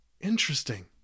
Interesting